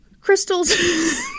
Crystal's